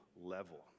level